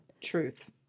Truth